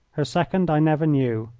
her second i never knew.